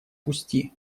пусти